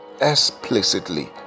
Explicitly